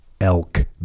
elk